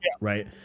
right